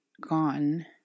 gone